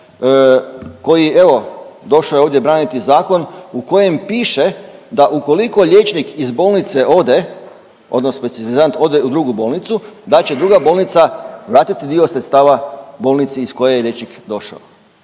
koji evo došao je ovdje braniti zakon u kojem piše da ukoliko liječnik iz bolnice ode odnosno specijalizant ode u drugu bolnicu, da će druga bolnica vratiti dio sredstava bolnici iz koje je liječnik došao.